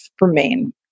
remain